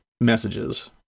messages